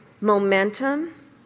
momentum